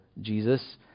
jesus